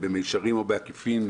במישרין או בעקיפין,